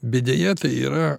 bet deja tai yra